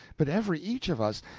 but every each of us,